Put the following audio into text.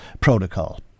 protocol